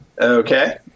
Okay